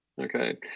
Okay